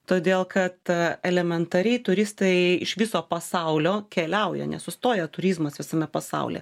todėl kad elementariai turistai iš viso pasaulio keliauja nesustoja turizmas visame pasaulyje